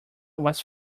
was